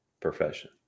profession